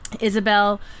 isabel